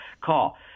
call